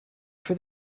for